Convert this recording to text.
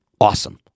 awesome